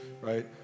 right